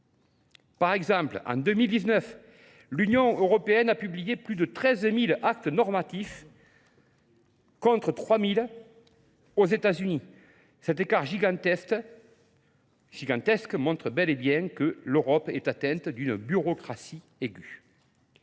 Par exemple, en 2019, l'Union européenne a publié plus de 13 000 actes normatifs contre 3 000 aux États-Unis. Cet écart gigantesque montre bel et bien que l'Europe est atteinte d'une bureaucratie aiguë.